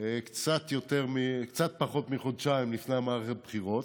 קצת פחות מחודשיים לפני מערכת הבחירות,